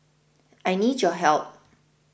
I need your help